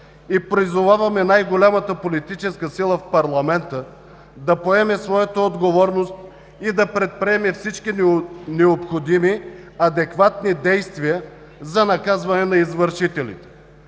и призоваваме най-голямата политическа сила в парламента да поеме своята отговорност и да предприеме всички необходими, адекватни действия за наказване на извършителите,